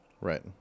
Right